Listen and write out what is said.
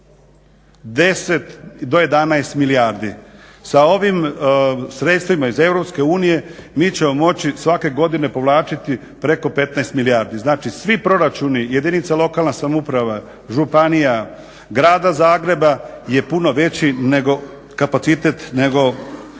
10 do 11 milijardi. Sa ovim sredstvima iz EU mi ćemo moći svake godine povlačiti preko 15 milijardi. Znači svi proračuni jedinica lokalne samouprave, županija, Grada Zagreba je puno veći nego kapacitet, nego